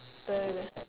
the